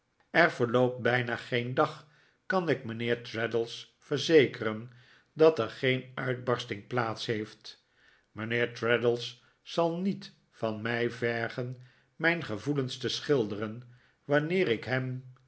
er verloopt bijna geen dag kan ik mijnheer traddles verzekeren dat er geen uitbarsting plaats heeft mijnheer traddles zal niet van mij vergen mijn gevoelens te schilderen wanneer ik hem